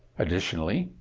additionally,